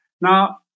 Now